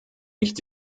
nicht